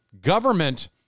Government